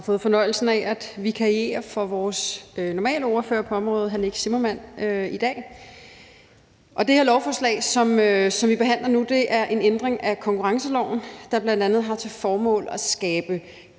Jeg har fået fornøjelsen af at vikariere for vores normale ordfører på området, hr. Nick Zimmermann, i dag. Det her lovforslag, som vi behandler nu, er en ændring af konkurrenceloven, der bl.a. har til formål at skabe krav